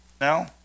now